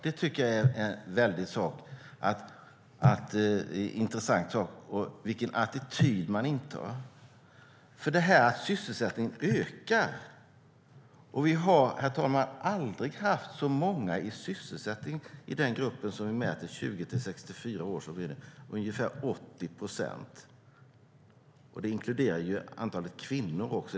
Det är intressant vilken attityd man intar. Sysselsättningen ökar, herr talman. Vi har aldrig haft så många i sysselsättning i den grupp som mäts, 20-64 år: ungefär 80 procent. Antalet kvinnor inkluderas också i genomsnittet.